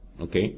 Okay